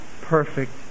perfect